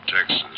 Texas